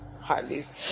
Harley's